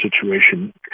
situation